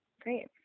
great